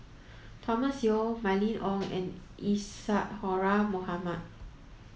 Thomas Yeo Mylene Ong and Isadhora Mohamed